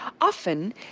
Often